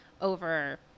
over –